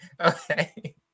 Okay